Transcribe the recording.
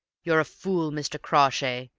you're a fool, mr. crawshay,